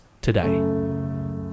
today